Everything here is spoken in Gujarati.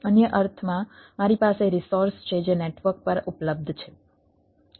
અન્ય અર્થમાં મારી પાસે રિસોર્સ છે જે નેટવર્ક પર ઉપલબ્ધ છે